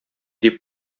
дип